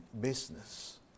business